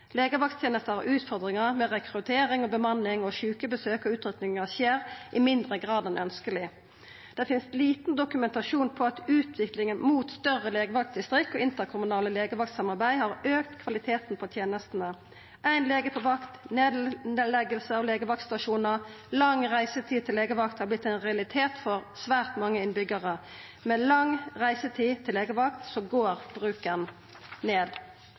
utfordringar med rekruttering og bemanning og sjukebesøk, og utrykkingar skjer i mindre grad enn ønskjeleg. Det finst liten dokumentasjon på at utviklinga mot større legevaktdistrikt og interkommunale legevaktsamarbeid har auka kvaliteten på tenestene. Éin lege på vakt, nedlegging av legevaktstasjonar og lang reisetid til legevakt har vorte ein realitet for svært mange innbyggjarar. Med lang reisetid til legevakt går bruken ned.